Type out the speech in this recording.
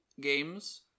games